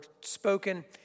spoken